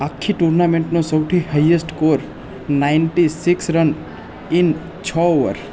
આખી ટુર્નામેન્ટનો highest score ninety six run in છ ઓવર